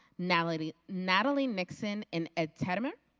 natalie natalie mixen and ed tederm. um